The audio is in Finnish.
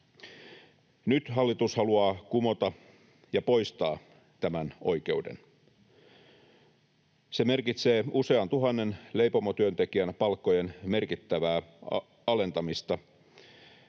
Nyt hallitus haluaa kumota ja poistaa tämän oikeuden. Se merkitsee usean tuhannen leipomotyöntekijän palkkojen merkittävää alentamista.